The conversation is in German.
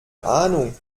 ahnung